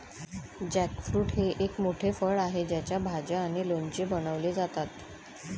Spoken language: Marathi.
जॅकफ्रूट हे एक मोठे फळ आहे ज्याच्या भाज्या आणि लोणचे बनवले जातात